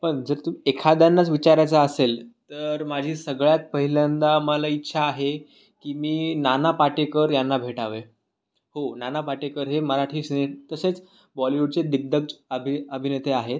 पण जर तू एखाद्यांनाच विचारायचं असेल तर माझी सगळ्यात पहिल्यांदा मला इच्छा आहे की मी नाना पाटेकर यांना भेटावे हो नाना पाटेकर हे मराठी सि तसेच बॉलीवूडचे दिग्गज अभि अभिनेते आहेत